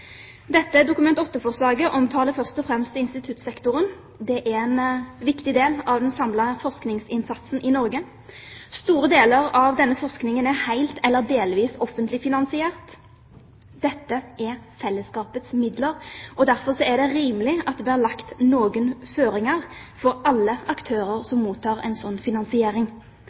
Dette Dokument 8-forslaget omtaler først og fremst instituttsektoren. Det er en viktig del av den samlede forskningsinnsatsen i Norge. Store deler av denne forskningen er helt eller delvis offentlig finansiert. Dette er fellesskapets midler, og derfor er det rimelig at det blir lagt noen føringer for alle aktører som mottar en sånn finansiering.